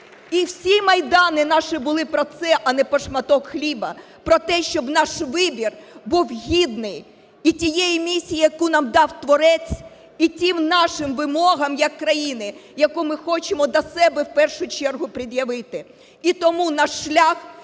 І всі Майдани наші були про це, а не про шматок хліба, про те, щоб наш вибір був гідний і тієї місії, яку нам дав Творець, і тим нашим вимогам як країни, яку ми хочемо до себе, в першу чергу, пред'явити. І тому наш шлях